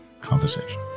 conversation